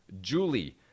Julie